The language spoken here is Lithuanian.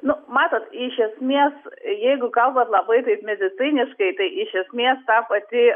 nu matot iš esmės jeigu kalbant labai taip mediciniškai tai iš esmės ta pati